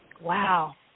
wow